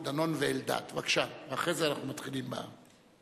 רוצה להראות לה איזה גבר הוא,